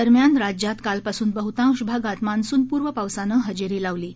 दरम्यान राज्यात कालपासून बहुतांश भागात मान्सूनपूर्व पावसानं हजेरी लावली आहे